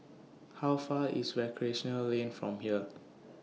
How Far IS Recreational Lane from here